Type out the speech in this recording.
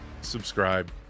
subscribe